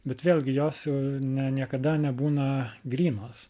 bet vėlgi jos ne niekada nebūna grynos